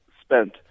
spent